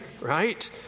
right